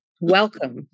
Welcome